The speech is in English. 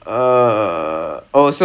and then and then